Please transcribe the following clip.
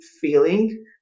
feeling